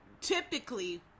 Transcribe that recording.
typically